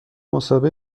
مصاحبه